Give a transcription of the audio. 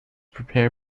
prepare